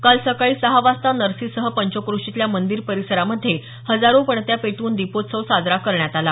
काल सकाळी सहा वाजता नर्सींसह पंचक्रोशीतल्या मंदिर परिसरामध्ये हजारो पणत्या पेटवून दीपोत्सव करण्यात आला